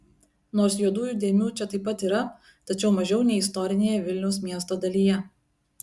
nors juodųjų dėmių čia taip pat yra tačiau mažiau nei istorinėje vilniaus miesto dalyje